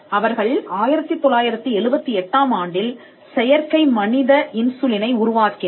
அவர்கள் 1978 ஆம் ஆண்டில் செயற்கை மனித இன்சுலினை உருவாக்கினர்